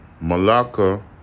Malacca